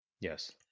Yes